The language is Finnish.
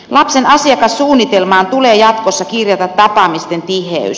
lapsen asiakassuunnitelmaan tulee jatkossa kirjata tapaamisten tiheys